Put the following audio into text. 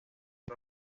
por